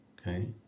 okay